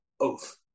oath